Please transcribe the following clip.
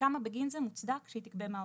וכמה בגין זה מוצדק שהיא תגבה מהעובד.